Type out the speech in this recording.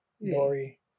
Lori